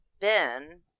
Ben